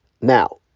Now